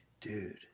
Dude